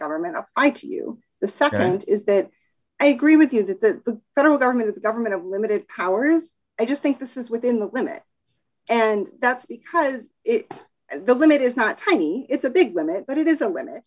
government of i to you the nd is that i agree with you that the federal government is the government of limited powers i just think this is within the limit and that's because the limit is not tiny it's a big limit but it is a limit